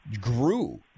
grew